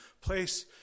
place